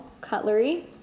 cutlery